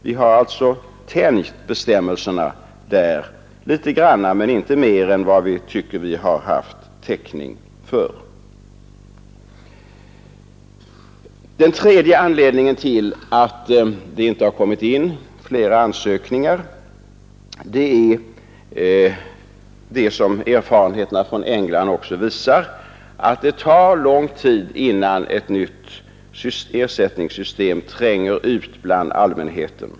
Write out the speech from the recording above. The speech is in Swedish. Vi har alltså tänjt på bestämmelserna något men inte mera än vi ansett oss ha haft täckning för. En tredje anledning till att det inte har kommit in flera ansökningar är 49 — något som erfarenheterna från England också visat — att det tar lång tid innan kännedomen om ett nytt ersättningssystem tränger ut bland allmänheten.